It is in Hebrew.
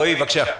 רועי, בבקשה.